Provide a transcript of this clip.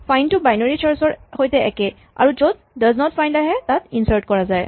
find to binary search ৰ সৈতে একেই আৰু য'ত ডজ নট ফাইন্ড আহে তাত ইনচাৰ্ট কৰা যায়